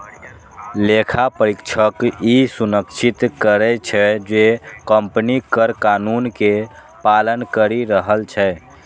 लेखा परीक्षक ई सुनिश्चित करै छै, जे कंपनी कर कानून के पालन करि रहल छै